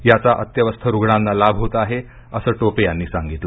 याचा अत्यवस्थ रुग्णांना लाभ होत आहे असं टोपे यांनी सांगितल